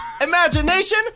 Imagination